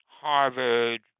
Harvard